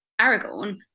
aragorn